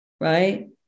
right